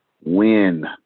win